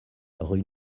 rue